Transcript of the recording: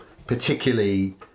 particularly